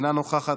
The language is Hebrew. אינה נוכחת,